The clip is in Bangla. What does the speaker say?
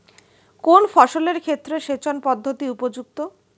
কোন ফসলের ক্ষেত্রে সেচন পদ্ধতি উপযুক্ত?